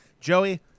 Joey